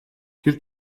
тэр